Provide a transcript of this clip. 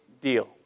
deal